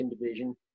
Division